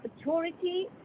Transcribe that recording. authority